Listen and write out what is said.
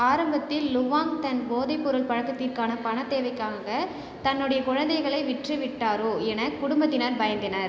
ஆரம்பத்தில் லுவாங் தன் போதைப்பொருள் பழக்கத்திற்கான பணத் தேவைக்காக தன்னுடைய குழந்தைகளை விற்றுவிட்டாரோ எனக் குடும்பத்தினர் பயந்தனர்